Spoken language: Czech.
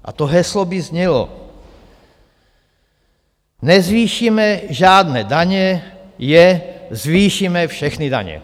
A to heslo by znělo: Nezvýšíme žádné daně, jen zvýšíme všechny daně.